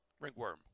Ringworm